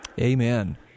Amen